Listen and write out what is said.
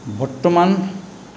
বৰ্তমান